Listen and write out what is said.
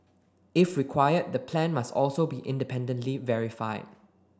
if required the plan must also be independently verified